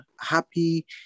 happy